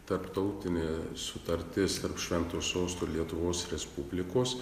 tarptautinė sutartis tarp šventojo sosto lietuvos respublikos